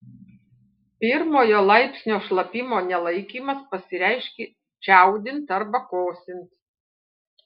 pirmojo laipsnio šlapimo nelaikymas pasireiškia čiaudint arba kosint